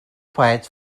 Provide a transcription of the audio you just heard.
poets